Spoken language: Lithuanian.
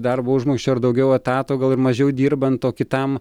darbo užmokesčio ar daugiau etato gal ir mažiau dirbant o kitam